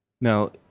Now